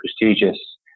prestigious